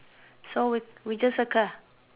so we we just circle ah